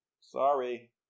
Sorry